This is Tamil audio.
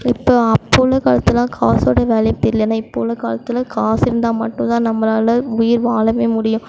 இப்போது அப்போது உள்ள காலத்துலலாம் காசோடய வேல்யூ தெரில ஆனால் இப்போது உள்ள காலத்தில் காசு இருந்தால் மட்டுந்தான் நம்மளால உயிர் வாழவே முடியும்